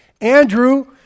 Andrew